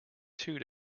two